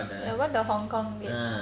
ya what the hong kong did